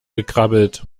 gekrabbelt